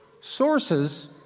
Sources